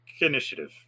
initiative